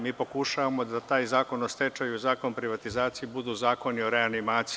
Mi pokušavamo da taj Zakon o stečaju i Zakon o privatizaciji budu zakoni o reanimaciji.